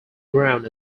ground